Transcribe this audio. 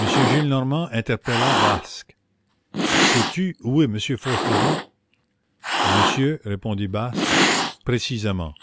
m gillenormand interpella basque sais-tu où est monsieur fauchelevent monsieur répondit basque précisément